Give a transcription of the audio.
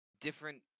different